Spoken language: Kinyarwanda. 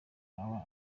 aba